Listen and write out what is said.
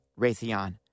Raytheon